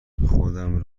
خودم